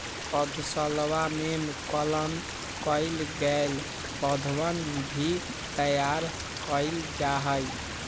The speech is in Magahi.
पौधशलवा में कलम कइल गैल पौधवन भी तैयार कइल जाहई